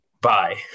Bye